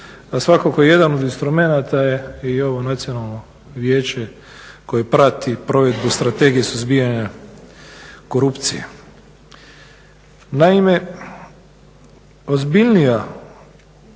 a svakako jedan od instrumenata je i ovo Nacionalno vijeće koje prati provedbi Strategije suzbijanja korupcije. Naime, ozbiljnija